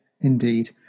Indeed